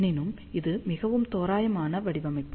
எனினும் இது மிகவும் தோராயமான வடிவமைப்பு